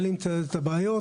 אותן.